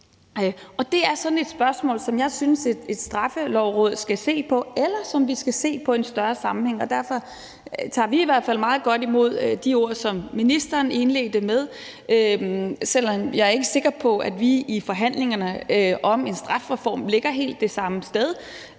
og det er sådan et spørgsmål, som jeg synes at et Straffelovråd skal se på, eller som vi skal se på i en større sammenhæng. Derfor tager vi i hvert fald meget godt imod de ord, som ministeren indledte med, selv om jeg ikke er sikker på, at vi i forhandlingerne om en strafreform ligger helt det samme sted.